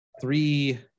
three